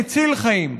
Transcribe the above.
מציל חיים.